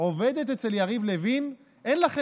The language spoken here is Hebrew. אחד עם